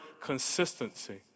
consistency